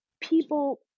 people